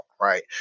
right